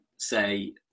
say